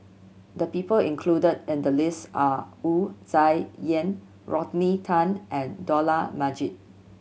the people included in the list are Wu Tsai Yen Rodney Tan and Dollah Majid